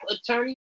Attorney